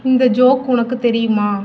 இந்த ஜோக் உனக்கு தெரியுமா